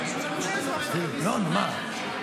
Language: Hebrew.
לא, נו, מה.